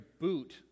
boot